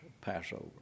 Passover